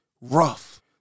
rough